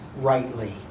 rightly